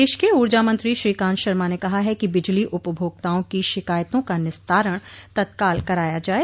प्रदेश के ऊर्जा मंत्री श्रीकांत शर्मा ने कहा है कि बिजली उपभोक्ताओं की शिकायतों का निस्तारण तत्काल कराया जाये